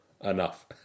enough